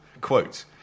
Quote